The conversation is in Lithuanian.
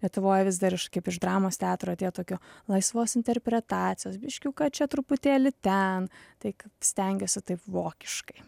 lietuvoj vis dar iš kaip iš dramos teatro atėję tokio laisvos interpretacijos biškiuką čia truputėlį ten taip kad stengiuosi taip vokiškai